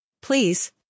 Please